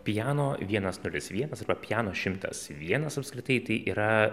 piano vienas nulis vienas arba piano šimtas vienas apskritai tai yra